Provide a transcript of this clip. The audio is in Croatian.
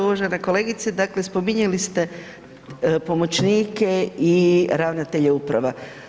Uvažena kolegice, dakle spominjali ste pomoćnike i ravnatelja uprava.